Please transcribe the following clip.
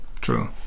true